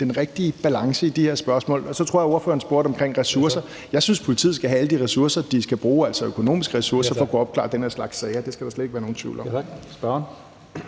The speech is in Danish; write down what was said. den rigtige balance i de her spørgsmål. Så tror jeg, ordføreren også spurgte til noget omkring ressourcer. Jeg synes, politiet skal have alle de ressourcer, de skal bruge, altså økonomiske ressourcer, for at kunne opklare den her slags sager; det skal der slet ikke være nogen tvivl om.